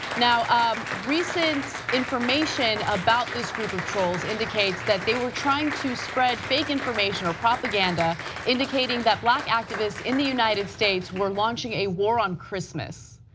um recent information about this group of trolls indicates that they were trying to spread fake information or propaganda indicating that black activist in the united states were launching a war on christmas.